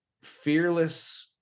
fearless